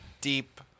deep